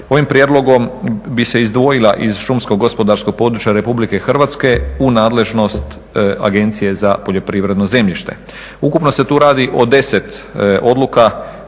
ovim prijedlogom bi se izdvojila iz šumsko-gospodarskog područja Republike Hrvatske u nadležnost Agencije za poljoprivredno zemljište. Ukupno se tu radi o 10 odluka